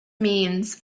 means